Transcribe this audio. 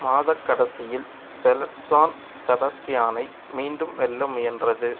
மாதக் கடைசியில் Soult San செபஸ்டியானை மீண்டும் வெல்ல முயன்றது